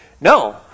No